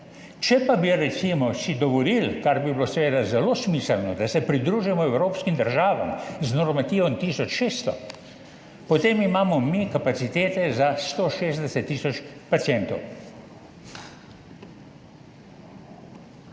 Če pa bi si recimo dovolili, kar bi bilo seveda zelo smiselno, da se pridružimo evropskim državam z normativom tisoč 600, potem imamo mi kapacitete za 160 tisoč pacientov.